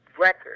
record